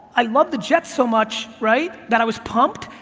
i love the jets so much, right, that i was pumped,